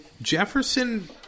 Jefferson